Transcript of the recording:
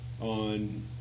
on